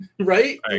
Right